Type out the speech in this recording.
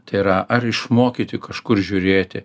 tai yra ar išmokyti kažkur žiūrėti